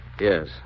Yes